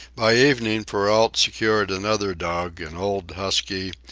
by evening perrault secured another dog, an old husky,